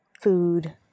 Food